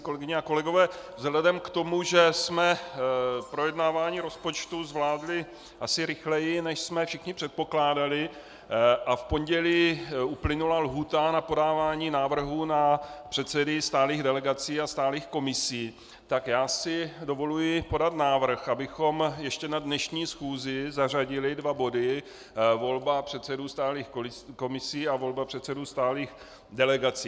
Kolegyně a kolegové, vzhledem k tomu, že jsme projednávání rozpočtu zvládli asi rychleji, než jsme všichni předpokládali, a v pondělí uplynula lhůta na podávání návrhů na předsedy stálých delegací a stálých komisí, tak si dovoluji podat návrh, abychom ještě na dnešní schůzi zařadili dva body: volba předsedů stálých komisí a volba předsedů stálých delegací.